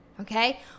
Okay